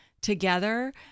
together